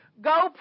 go